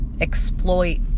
exploit